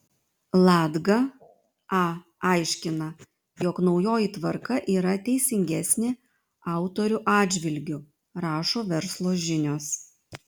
latga a aiškina jog naujoji tvarka yra teisingesnė autorių atžvilgiu rašo verslo žinios